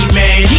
man